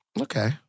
Okay